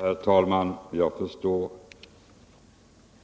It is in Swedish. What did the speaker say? Herr talman! Jag förstår